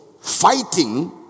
fighting